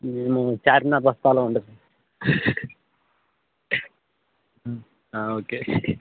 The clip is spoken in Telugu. మేము చార్మినార్ బస్తిలో ఉన్నాం ఓకే